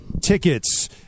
Tickets